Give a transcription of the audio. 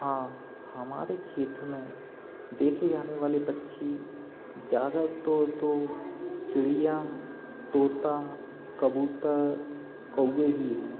हाँ हमारे क्षेत्र में देखे जाने वाले पक्षी ज्यादा तो तो चिड़ियां तोता कबूतर कौवे ही हैं